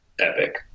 epic